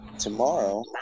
Tomorrow